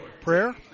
prayer